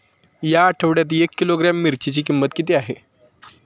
या आठवड्यात एक किलोग्रॅम मिरचीची किंमत किती आहे?